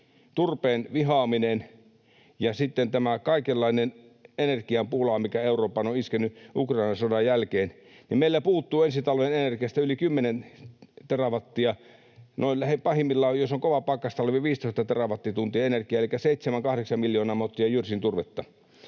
turpeen vihaaminen ja sitten tämä kaikenlainen energiapula, mikä Eurooppaan on iskenyt Ukrainan sodan jälkeen — meillä puuttuu ensi talven energiasta yli 10 terawattia ja pahimmillaan, jos on kova pakkastalvi, 15 terawattituntia energiaa elikkä 7—8 miljoonaa mottia jyrsinturvetta.